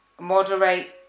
moderate